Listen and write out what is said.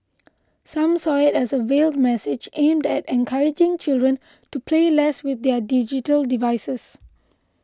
some saw it as a veiled message aimed at encouraging children to play less with their digital devices